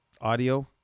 audio